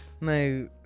No